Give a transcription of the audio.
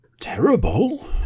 terrible